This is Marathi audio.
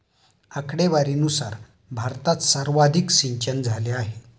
आकडेवारीनुसार भारतात सर्वाधिक सिंचनझाले आहे